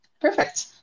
Perfect